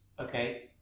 Okay